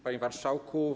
Panie Marszałku!